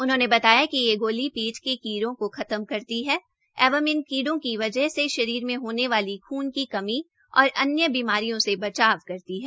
उन्होंने बताया कि यह गोली पेट की कीटों को खत्म करती है एवं इन कीड़ो की वजह से शरीर में होने वाली खून की कमी और अन्य बीमारियों से बचाव करती है